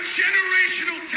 generational